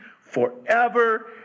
forever